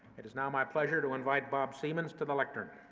it is now my pleasure to invite bob seamans to the lectern.